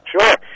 Sure